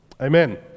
Amen